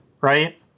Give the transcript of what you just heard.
right